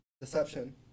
Deception